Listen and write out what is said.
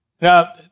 Now